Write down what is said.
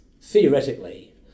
theoretically